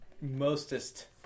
mostest